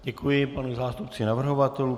Děkuji panu zástupci navrhovatelů.